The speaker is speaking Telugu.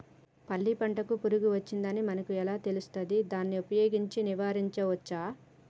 పల్లి పంటకు పురుగు వచ్చిందని మనకు ఎలా తెలుస్తది దాన్ని ఉపయోగించి నివారించవచ్చా?